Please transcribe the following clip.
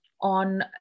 on